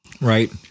right